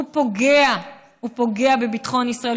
הוא פוגע בביטחון ישראל,